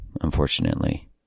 unfortunately